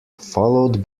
followed